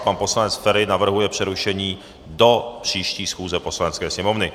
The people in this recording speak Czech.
Pan poslanec Feri navrhuje přerušení do příští schůze Poslanecké sněmovny.